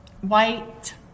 white